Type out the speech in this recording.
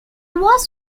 was